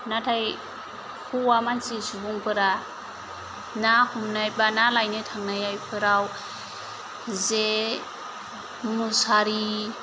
नाथाय हौवा मानसि सुबुंफोरा ना हमनाय एबा ना लायनो थांनायफोराव जे मुसारि